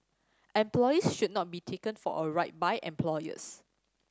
employees should not be taken for a ride by employers